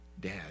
Dad